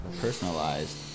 Personalized